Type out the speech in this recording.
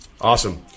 awesome